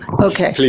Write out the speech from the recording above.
ok.